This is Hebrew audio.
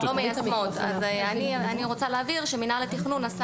אני רוצה להבהיר שמינהל התכנון עשה